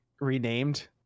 renamed